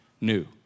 new